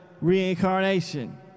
reincarnation